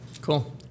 Cool